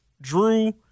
Drew